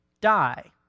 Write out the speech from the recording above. die